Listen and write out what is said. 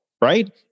right